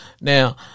Now